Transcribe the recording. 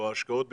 או ההשקעות בכלל,